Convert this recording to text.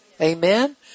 Amen